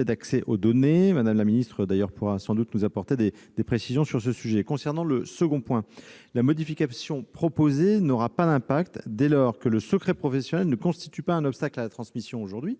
d'accès aux données. Mme la ministre pourra sans doute nous apporter des précisions. Concernant le second point, la modification proposée n'aura pas d'impact dès lors que le secret professionnel ne constitue pas un obstacle à la transmission, mais